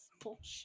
bullshit